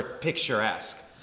picturesque